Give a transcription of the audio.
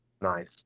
Nice